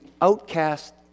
outcast